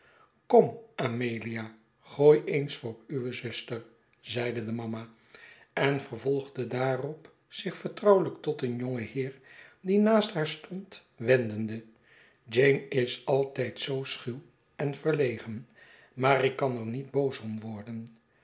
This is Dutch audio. kom amelia gooi eens voor uwe zuster zeide de mama en vervolgde daarop zich vertrouwelyk tot een jongen heer die naasthaar stond wendende jane is altijd zoo schuw en verlegen maar ik kan er niet boos om worden